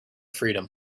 freedom